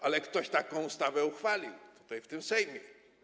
Ale ktoś taką ustawę uchwalił tutaj w Sejmie.